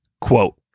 Quote